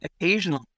Occasionally